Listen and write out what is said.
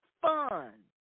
fun